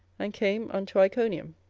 and came unto iconium.